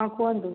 ହଁ କୁହନ୍ତୁ